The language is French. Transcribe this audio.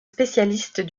spécialistes